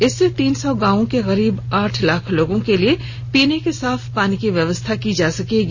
इससे तीन सौ गांवों के करीब आठ लाख लोगों के लिए पीने के साफ पानी की व्यवस्था की जा सकेगी